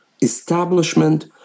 establishment